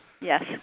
Yes